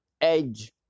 Edge